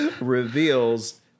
reveals